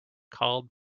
called